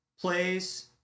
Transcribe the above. plays